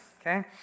okay